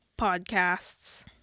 Podcasts